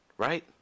Right